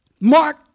Mark